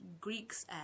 Greeks